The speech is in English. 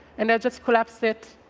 and i'll just collapse it,